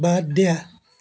বাদ দিয়া